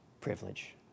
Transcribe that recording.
privilege